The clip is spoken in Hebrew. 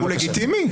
הוא לגיטימי?